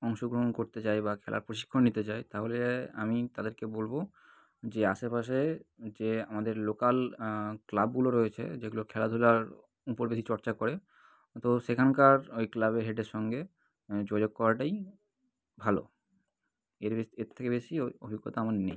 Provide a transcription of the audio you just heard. অংশগ্রহণ করতে যায় বা খেলার প্রশিক্ষণ নিতে যায় তাহলে আমি তাদেরকে বলবো যে আশেপাশে যে আমাদের লোকাল ক্লাবগুলো রয়েছে যেগুলো খেলাধুলার উপর বেশি চর্চা করে তো সেখানকার ওই ক্লাবের হেডের সঙ্গে যোগাযোগ করাটাই ভালো এর বেশ এর থেকে বেশি ওই অভিজ্ঞতা আমার নেই